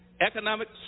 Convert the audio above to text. economic